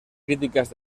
críticas